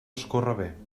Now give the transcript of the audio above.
escórrer